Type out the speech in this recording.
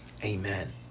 Amen